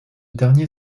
dernier